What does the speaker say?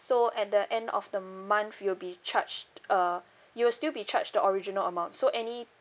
so at the end of the month you'll be charged uh you will still be charged the original amount so any